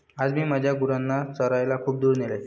आज मी माझ्या गुरांना चरायला खूप दूर नेले